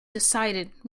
decided